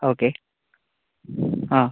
okay ആ